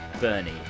Bernie